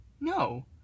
No